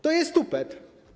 To jest tupet.